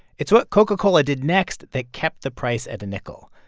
it's what coca-cola did next that kept the price at a nickel.